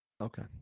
Okay